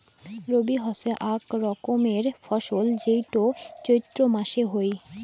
রবি হসে আক রকমের ফসল যেইটো চৈত্র মাসে হই